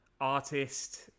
artist